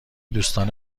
دوستان